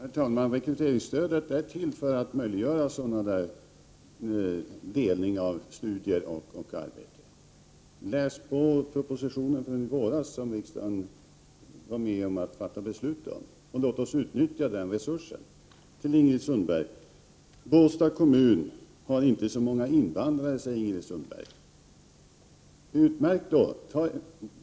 Herr talman! Rekryteringsstödet är till för att möjliggöra en sådan delning av studier och arbete. Läs på propositionen från i våras, som riksdagen fattade beslut om, och låt oss utnyttja den resursen! Båstads kommun har inte så många invandrare, säger Ingrid Sundberg. Utmärkt!